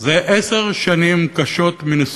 זה עשר שנים קשות מנשוא.